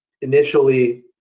initially